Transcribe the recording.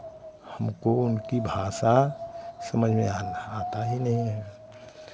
हमको उनकी भाषा समझ में आना आता ही नहीं है